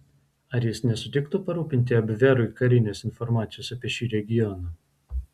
ar jis nesutiktų parūpinti abverui karinės informacijos apie šį regioną